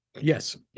Yes